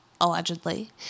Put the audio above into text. allegedly